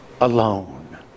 alone